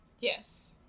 Yes